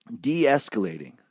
De-escalating